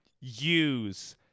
use